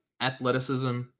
athleticism